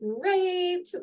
great